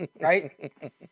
Right